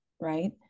right